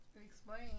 Explain